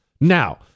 Now